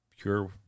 pure